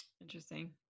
Interesting